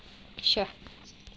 sure